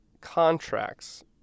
contracts